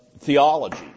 Theology